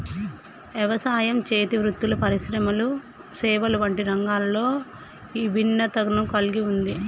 యవసాయం, చేతి వృత్తులు పరిశ్రమలు సేవలు వంటి రంగాలలో ఇభిన్నతను కల్గి ఉంది